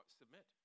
submit